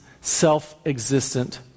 self-existent